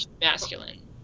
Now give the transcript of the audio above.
masculine